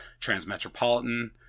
Transmetropolitan